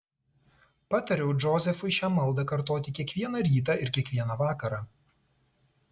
patariau džozefui šią maldą kartoti kiekvieną rytą ir kiekvieną vakarą